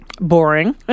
boring